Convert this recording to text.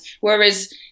Whereas